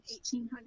1800